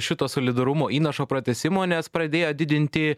šito solidarumo įnašo pratęsimo nes pradėjo didinti